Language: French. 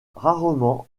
rarement